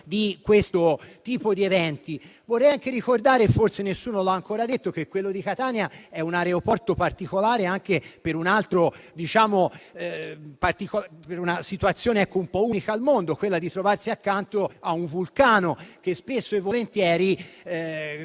di questo tipo di eventi. Vorrei anche ricordare - forse nessuno l'ha ancora detto - che quello di Catania è un aeroporto particolare anche per una situazione un po' unica al mondo, ovvero quella di trovarsi accanto a un vulcano che spesso determina